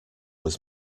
was